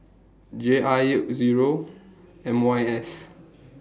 J I Zero M Y S